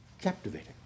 captivating